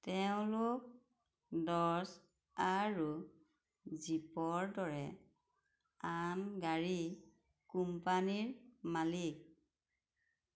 তেওঁলোক ডজ্ আৰু জীপৰ দৰে আন গাড়ী কোম্পানীৰ মালিক